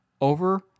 Over